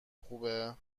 خوبه